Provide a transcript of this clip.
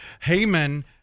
Haman